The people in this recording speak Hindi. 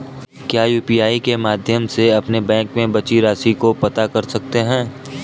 क्या यू.पी.आई के माध्यम से अपने बैंक में बची राशि को पता कर सकते हैं?